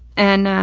and, ah,